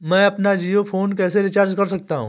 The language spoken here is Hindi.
मैं अपना जियो फोन कैसे रिचार्ज कर सकता हूँ?